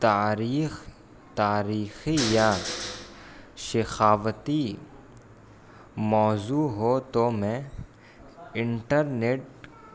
تاریخ تاریخی یا ثقافتی موضوع ہو تو میں انٹرنیٹ